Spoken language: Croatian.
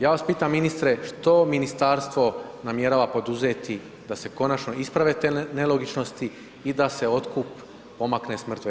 Ja vas pitam ministre što ministarstvo namjerava poduzeti da se konačno isprave te nelogičnosti i da se otkup pomakne s mrtve točke?